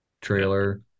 trailer